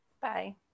Bye